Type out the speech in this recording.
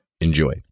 Enjoy